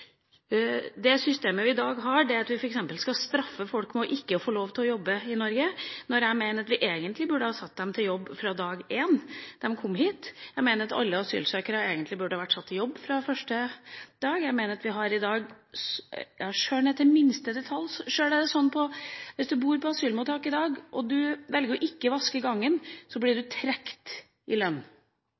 Det systemet vi i dag har, straffer folk ved at de ikke får lov til å jobbe i Norge. Jeg mener at vi egentlig burde ha satt dem til å jobbe fra første dag de kom hit. Jeg mener at alle asylsøkere burde ha vært satt i jobb fra første dag. Hvis man bor på asylmottak og velger ikke å vaske gangen, blir man trukket i lønn. Jeg mener heller at man skulle hatt lavere lønn og fått betaling for å vaske gangen. Det har noe med hele den mikrotankegangen å gjøre, at vi har en samfunnskontrakt i